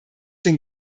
den